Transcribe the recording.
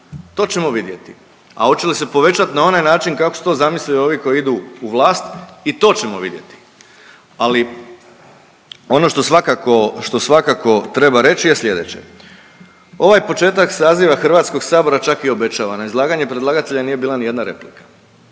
To ćemo vidjeti. A hoće li se povećati na onaj način kako su to zamislili ovi koji idu u vlast i to ćemo vidjeti. Ali ono što svakako, što svakako treba reći je sljedeće, ovaj početak saziva HS-a čak i obećava. Na izlaganje predlagatelja nije bila nijedna replika